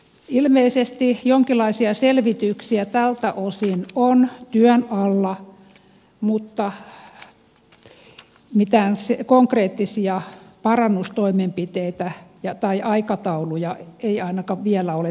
ilmeisesti jonkinlaisia selvityksiä tältä osin on työn alla mutta mitään konkreettisia parannustoimenpiteitä tai aikatauluja ei ainakaan vielä ole tiedossa